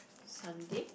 Sunday